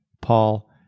Paul